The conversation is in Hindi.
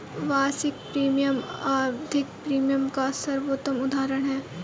वार्षिक प्रीमियम आवधिक प्रीमियम का सर्वोत्तम उदहारण है